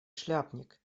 шляпник